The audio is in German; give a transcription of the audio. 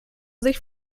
sich